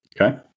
Okay